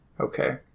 Okay